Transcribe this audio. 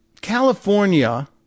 California